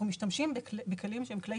ומשתמשים בכלים של פרסום.